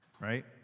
right